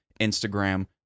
Instagram